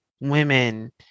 women